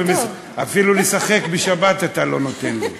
אפילו לשחק בשבת אתה לא נותן לי.